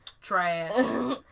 Trash